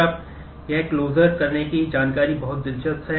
अब यह क्लोजर पर आधारित है